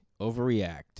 overreact